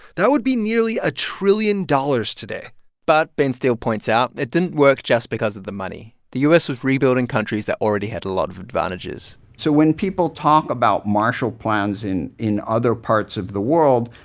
that would be nearly a trillion dollars today but benn steil points out it didn't work just because of the money. the u s. was rebuilding countries that already had a lot of advantages so when people talk about marshall plans in in other parts of the world,